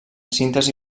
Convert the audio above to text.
síntesi